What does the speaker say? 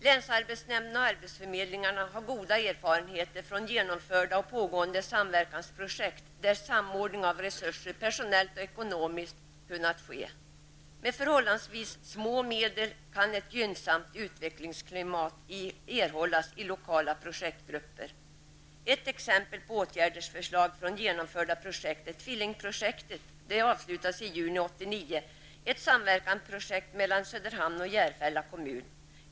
Länsarbetsnämnderna och arbetsförmedlingarna har goda erfarenheter från genomförda och pågående samverkansprojekt, där samordning av resurserna personellt och ekonomiskt har kunnat ske. Med förhållandevis små medel kan ett gynnsamt utvecklingsklimat erhållas i lokala projektgrupper. Ett exempel på åtgärdsförslag från genomförda projekt är Tvillingprojektet. Det avslutades i juli Söderhamns och Järfälla kommuner.